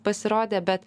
pasirodė bet